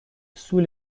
sous